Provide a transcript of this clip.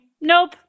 Nope